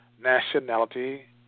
nationality